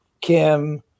Kim